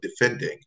defending